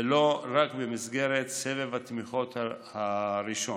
ולא רק במסגרת סבב התמיכות הראשון.